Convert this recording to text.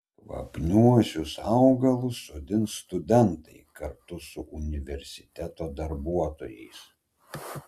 kvapniuosius augalus sodins studentai kartu su universiteto darbuotojais